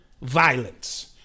violence